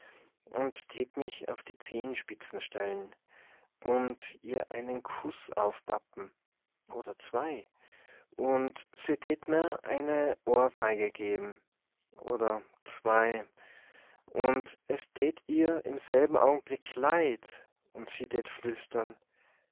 und tät mich auf die zehenspitzen stellen und ihr einen kuß aufpappen oder zwei und se tät merr eine ohrfeige geben oder zwei und es tät ihr im selben augenblick leid und se tät flüstern